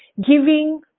giving